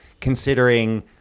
considering